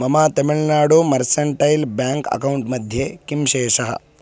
मम Tamil Nadu mercantile bank account मध्ये कः शेषः